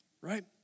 right